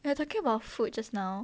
we're talking about food just now